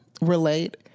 relate